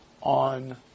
on